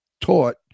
taught